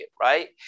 right